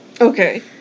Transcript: Okay